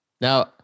now